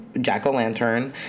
jack-o'-lantern